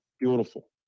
Beautiful